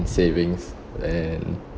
savings and